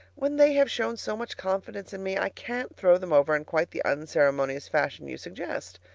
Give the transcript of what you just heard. when they have shown so much confidence in me, i can't throw them over in quite the unceremonious fashion you suggest.